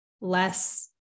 less